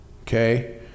Okay